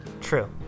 true